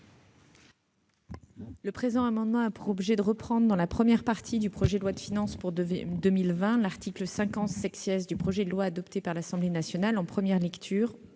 Le présent amendement a pour objet de reprendre dans la première partie du projet de loi de finances pour 2020 l'article 50 du projet de loi, adopté par l'Assemblée nationale en première lecture